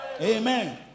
Amen